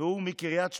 והוא מקריית שמונה.